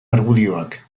argudioak